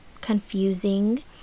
confusing